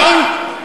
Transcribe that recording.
רק הבהרה.